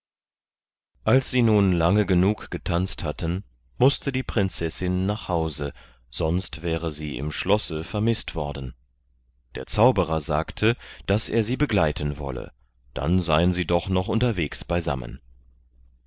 als sie nun lange genug getanzt hatten mußte die prinzessin nach hause sonst wäre sie im schlosse vermißt worden der zauberer sagte daß er sie begleiten wolle dann seien sie doch noch unterwegs beisammen